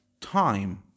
time